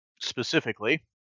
Specifically